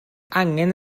angen